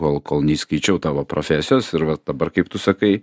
kol kol neįskaičiau tavo profesijos ir vat dabar kaip tu sakai